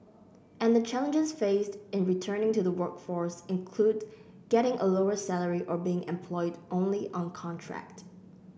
and the challenges faced in returning to the workforce include getting a lower salary or being employed only on contract